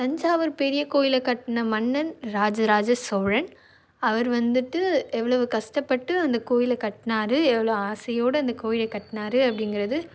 தஞ்சாவூர் பெரிய கோயில் கட்டுன மன்னன் ராஜ ராஜ சோழன் அவர் வந்துட்டு எவ்வளவு கஷ்ட்டப்பட்டு அந்த கோயிலை கட்டுனாரு எவ்வளோ ஆசையோட அந்த கோயிலை கட்டினாரு அப்படிங்கிறது